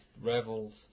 revels